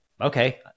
okay